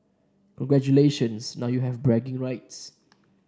congratulations now you have bragging rights